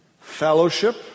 fellowship